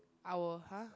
I will !huh!